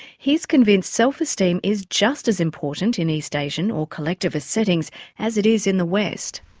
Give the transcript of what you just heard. he's convinced self-esteem is just as important in east asian or collectivist settings as it is in the west.